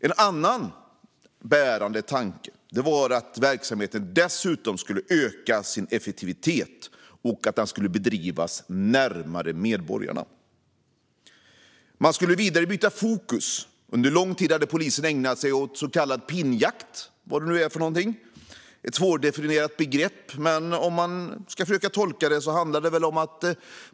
En annan bärande tanke var att verksamheten dessutom skulle öka sin effektivitet och bedrivas närmare medborgarna. Man skulle vidare byta fokus. Under lång tid hade polisen ägnat sig åt så kallad pinnjakt - vad det nu är. Det är ett svårdefinierat begrepp. Men jag ska försöka tolka vad det handlar om.